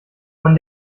von